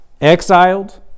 exiled